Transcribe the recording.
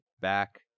back